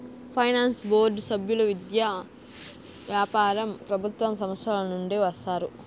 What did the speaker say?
finance board సభ్యులు విద్య, వ్యాపారం ప్రభుత్వ సంస్థల నుండి వస్తారు